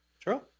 true